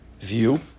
view